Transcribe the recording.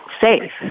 safe